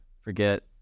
forget